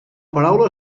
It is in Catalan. paraula